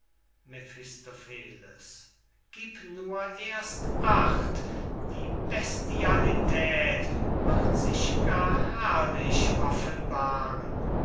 mephistopheles gib nur erst acht die bestialität wird sich gar herrlich offenbaren